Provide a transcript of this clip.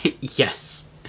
Yes